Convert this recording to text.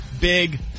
Big